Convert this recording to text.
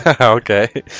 Okay